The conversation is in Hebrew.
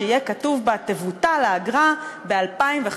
שיהיה כתוב בה "תבוטל האגרה ב-2015",